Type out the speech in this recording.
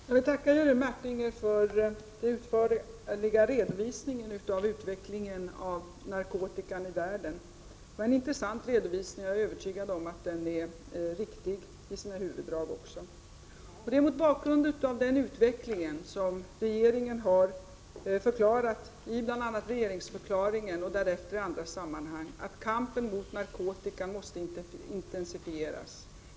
Fru talman! Jag tackar Jerry Martinger för den utförliga redovisningen av utvecklingen när det gäller narkotika i världen. Det var en intressant redovisning, och jag är övertygad om att den också är riktig i sina huvuddrag. Det är mot bakgrund av den utvecklingen som regeringen har förklarat, i regeringsförklaringen och därefter i andra sammanhang, att kampen mot narkotika måste intensifieras.